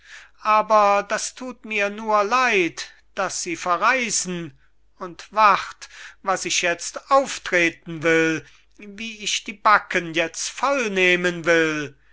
aber das thut mir nur leid daß sie verreisen und wart was ich jetzt auftreten will wie ich die backen jetzt vollnehmen will